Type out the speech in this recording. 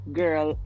girl